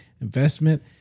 investment